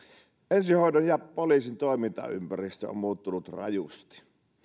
ensihoidon ja poliisin toimintaympäristö on on muuttunut rajusti